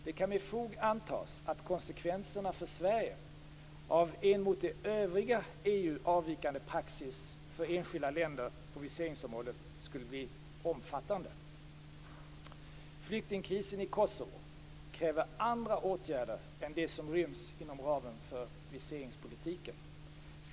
Det kan med fog antas att konsekvenserna för Sverige av en mot det övriga EU avvikande praxis för enskilda länder på viseringsområdet skulle bli omfattande. Flyktingkrisen i Kosovo kräver andra åtgärder än de som ryms inom ramen för viseringspolitiken.